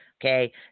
Okay